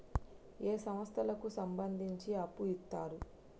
ఏ సంస్థలకు సంబంధించి అప్పు ఇత్తరు?